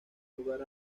lugar